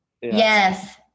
Yes